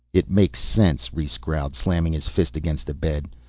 it makes sense, rhes growled, slamming his fist against the bed.